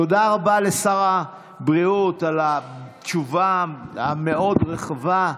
תודה רבה לשר הבריאות על התשובה הרחבה מאוד.